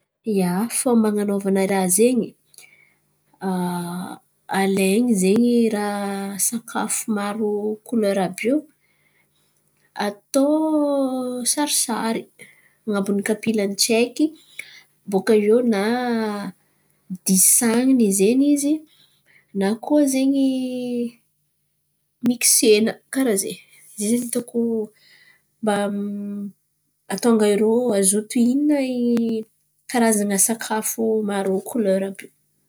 ia, fômba an̈anaovana raha zen̈y alain̈y zen̈y raha sakafo maro kolera àby io. Atao sarisary an̈abon'n̈y kapilan'n̈y tsaiky bôkà eo na disanina zen̈y izy na koa mixena karà zen̈y. Zay zen̈y no hitako mba hahatônga irô mazoto hihinà karazan̈a sakafo maro kolera àby io.